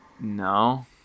No